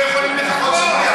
אנחנו לא יכולים לחכות.